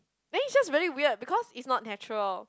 then it's just very weird because it's not natural